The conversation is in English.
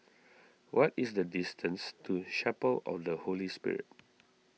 what is the distance to Chapel of the Holy Spirit